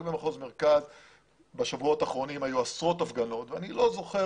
רק במחוז מרכז בשבועות האחרונים היו עשרות הפגנות ואני לא זוכר